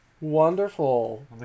Wonderful